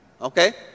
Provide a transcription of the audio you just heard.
okay